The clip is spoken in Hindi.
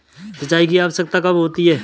सिंचाई की आवश्यकता कब होती है?